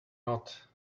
not